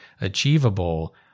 achievable